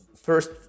first